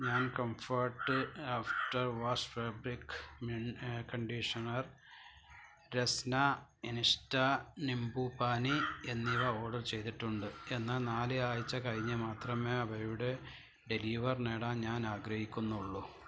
ഞാൻ comfort after wash fabric conditioner Rasna insta nimbu pani എന്നിവ order ചെയ്തിട്ടുണ്ട് എന്നാൽ നാല് ആഴ്ച കഴിഞ്ഞ് മാത്രമേ അവയുടെ ഡെലിവർ നേടാൻ ഞാൻ ആഗ്രഹിക്കുന്നുള്ളൂ